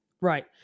Right